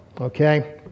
Okay